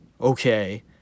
okay